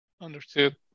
Understood